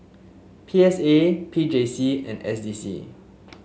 P S A P J C and S D C